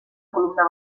columna